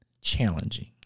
challenging